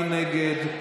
מי נגד?